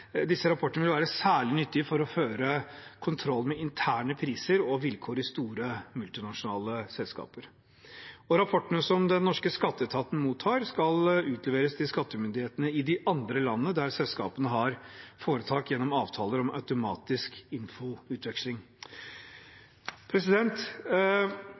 særlig nyttige for å føre kontroll med interne priser og vilkår i store multinasjonale selskaper. Rapportene som den norske skatteetaten mottar, skal utleveres til skattemyndighetene i de andre landene der selskapene har foretak, gjennom avtaler om automatisk